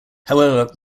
however